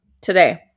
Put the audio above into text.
today